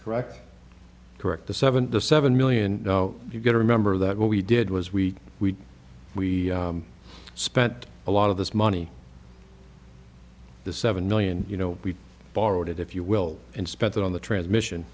correct correct the seven to seven million you got to remember that what we did was we we we spent a lot of this money the seven million you know we borrowed it if you will and spent it on the transmission